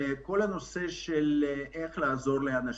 הוא איך לעזור לאנשים.